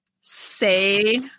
say